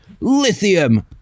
Lithium